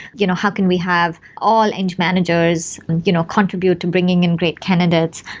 you know how can we have all eng managers you know contribute to bringing in great candidates?